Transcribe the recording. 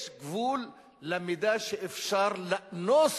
יש גבול למידה שאפשר לאנוס